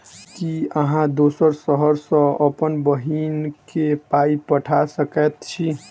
की अहाँ दोसर शहर सँ अप्पन बहिन केँ पाई पठा सकैत छी?